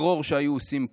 הטרור שהיו עושים פה,